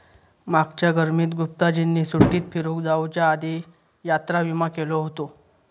मागच्या गर्मीत गुप्ताजींनी सुट्टीत फिरूक जाउच्या आधी यात्रा विमा केलो हुतो